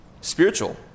spiritual